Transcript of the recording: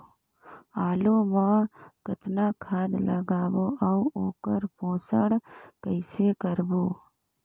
आलू मा कतना खाद लगाबो अउ ओकर पोषण कइसे करबो?